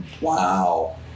Wow